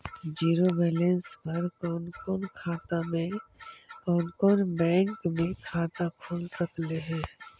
Zero balance पर कोन कोन बैंक में खाता खुल सकले हे?